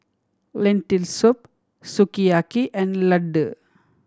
Lentil Soup Sukiyaki and Ladoo